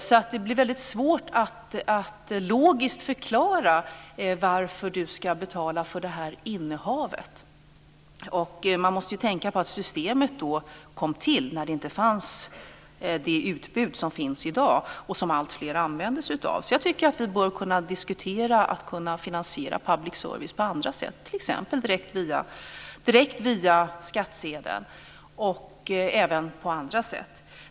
Det blir svårt att logiskt förklara varför du ska betala för innehavet. Man måste tänka på att systemet kom till när det inte fanns det utbud som finns i dag och som alltfler använder sig av. Jag tycker att vi bör kunna diskutera att finansiera public service på andra sätt, t.ex. direkt via skattsedeln och även på andra sätt.